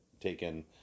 taken